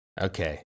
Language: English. Okay